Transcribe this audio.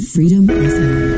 Freedom